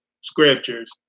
scriptures